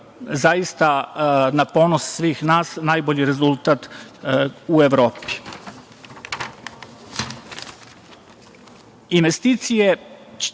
zaista, na ponos svih nas, najbolji rezultat u